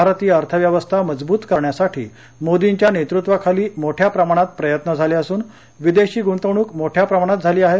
भारतीय अर्थव्यवस्था मजबूत करण्यासाठी मोदींच्या नेतृत्वाखाली मोठ्या प्रमाणात प्रयत्न झाले असून विदेशी गुंतवणूक मोठ्या प्रमाणात झाली आहे